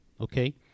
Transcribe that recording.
okay